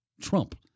Trump